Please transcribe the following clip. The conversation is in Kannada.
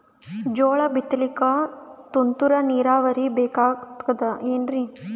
ಜೋಳ ಬಿತಲಿಕ ತುಂತುರ ನೀರಾವರಿ ಬೇಕಾಗತದ ಏನ್ರೀ?